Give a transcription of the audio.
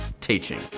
teaching